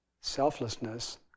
selflessness